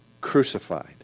crucified